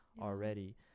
already